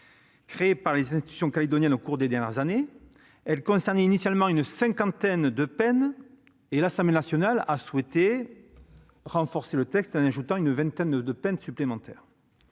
créées par les institutions calédoniennes au cours des dernières années. Elle concernait initialement une cinquantaine de peines. L'Assemblée nationale a souhaité renforcer le texte, en ajoutant une vingtaine de peines supplémentaires.